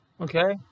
Okay